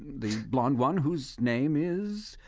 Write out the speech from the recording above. the blond one, whose name is.